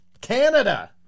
Canada